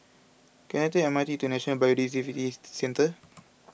can I take the M R T to National Biodiversity Centre